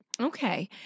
Okay